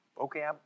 Okay